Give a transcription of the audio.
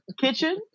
Kitchen